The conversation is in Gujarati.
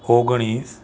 ઓગણીસ